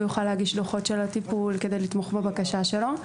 הוא יוכל להגיש דוחות על הטיפול כדי לתמוך בבקשה שלו.